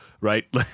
right